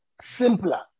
simpler